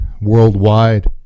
Worldwide